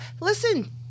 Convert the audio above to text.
Listen